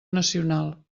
nacional